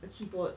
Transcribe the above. the keyboard